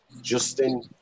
Justin